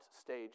stage